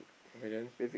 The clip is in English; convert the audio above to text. okay then